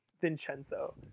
vincenzo